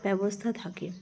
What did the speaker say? ব্যবস্থা থাকে